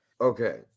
Okay